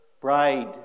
bride